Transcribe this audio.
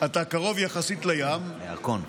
אתה קרוב יחסית לים, לירקון.